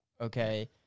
okay